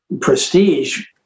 prestige